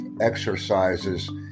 exercises